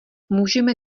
můžeme